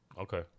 Okay